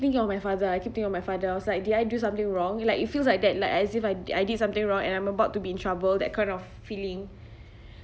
think of my father I keep thinking of my father I was like did I do something wrong like it feels like that like as if I did I did something wrong and I'm about to be in trouble that kind of feeling